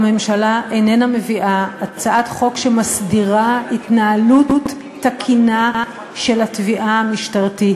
והממשלה אינה מביאה הצעת חוק שמסדירה התנהלות תקינה של התביעה המשטרתית.